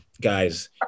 guys